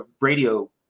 radio